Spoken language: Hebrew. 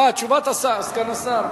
אה, תשובת השר, סגן השר.